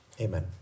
Amen